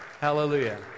Hallelujah